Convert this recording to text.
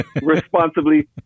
responsibly